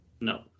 no